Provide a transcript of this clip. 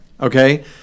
okay